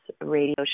radio